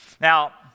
Now